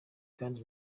kandi